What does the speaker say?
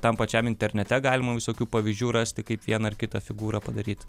tam pačiam internete galima visokių pavyzdžių rasti kaip vieną ar kitą figūrą padaryt